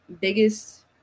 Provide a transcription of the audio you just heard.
biggest